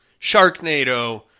Sharknado